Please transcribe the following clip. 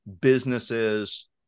businesses